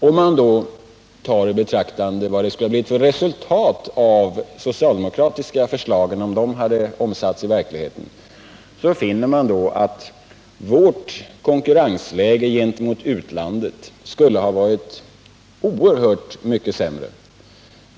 Om man tar i betraktande vad resultatet av de socialdemokratiska förslagen, om de hade omsatts i verkligheten, hade blivit, så finner man att vårt konkurrensläge gentemot utlandet skulle ha varit oerhört mycket sämre.